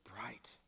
bright